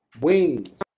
wings